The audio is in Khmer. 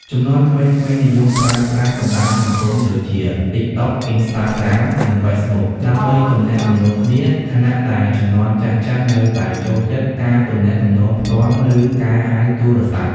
ជំនាន់ក្មេងៗនិយមប្រើប្រាស់បណ្តាញសង្គមដូចជា តិកតុក, អុិនស្តាក្រាម, និងហ្វេសប៊ុក ដើម្បីទំនាក់ទំនងគ្នា ខណៈដែលជំនាន់ចាស់ៗនៅតែចូលចិត្តការទំនាក់ទំនងផ្ទាល់ ឬការហៅទូរស័ព្ទ។